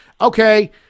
okay